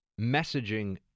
messaging